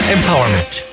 Empowerment